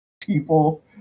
people